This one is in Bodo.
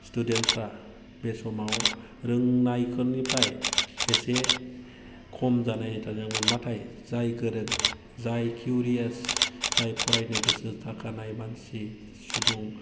स्टुडेन्टफ्रा बे समाव रोंनायफोरनिफ्राय एसे खम जानायमोन नाथाय जाय गोरों जाय किउरियास जाय फरायनो गोसो थाखानाय मानसि सुबुं